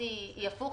הסתיים.